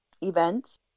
events